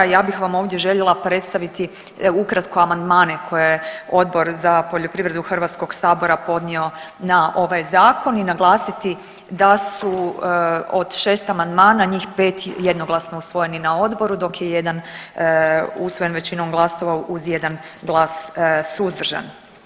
Ja bih vam ovdje željela predstaviti ukratko amandmane koje je Odbor za poljoprivredu Hrvatskog sabora podnio na ovaj zakon i naglasiti da su od 6 amandmana njih 5 jednoglasno usvojeni na odboru dok je jedan usvojen većinom glasova uz jedan glas suzdržan.